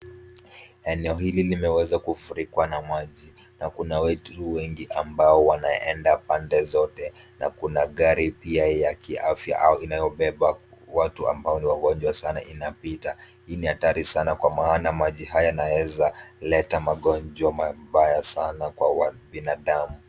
Eneo hili limeweza kufurikwa na maji kuna watu wengi ambao wanaenda pande zote na kuna gari pia ya kiafya au inayobeba watu ambao ni wagonjwa sana inapita, hii ni hatari sana kwa maana maji haya yanaweza leta magonjwa mabaya sana kwa binadamu.